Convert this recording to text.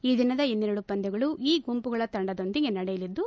ಈ ದಿನದ ಇನ್ನೆರಡು ಪಂದ್ವಗಳು ಇ ಗುಂಪುಗಳ ತಂಡದೊಂದಿಗೆ ನಡೆಯಲಿದ್ದು